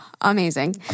amazing